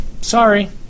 Sorry